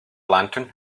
lantern